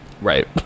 right